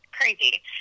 crazy